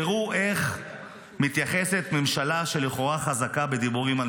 תראו איך מתייחסת ממשלה שלכאורה חזקה בדיבורים על